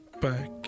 back